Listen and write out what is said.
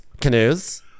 Canoes